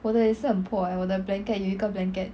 我的也是很破 eh 我的 blanket 有一个 blanket